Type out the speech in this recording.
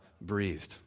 breathed